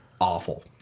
awful